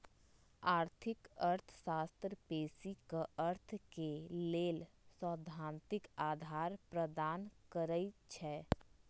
आर्थिक अर्थशास्त्र बेशी क अर्थ के लेल सैद्धांतिक अधार प्रदान करई छै